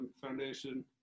Foundation